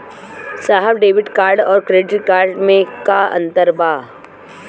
साहब debit card और credit card में का अंतर बा?